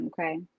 okay